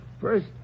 First